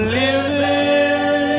living